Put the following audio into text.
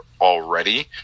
already